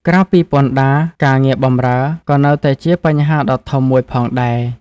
ក្រៅពីពន្ធដារ ការងារបម្រើ ក៏នៅតែជាបញ្ហាដ៏ធំមួយផងដែរ។